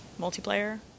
multiplayer